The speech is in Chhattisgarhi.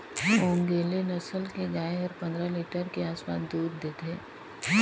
ओन्गेले नसल के गाय हर पंद्रह लीटर के आसपास दूद देथे